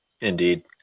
Indeed